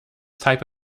type